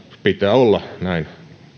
pitää olla näin